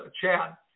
Chad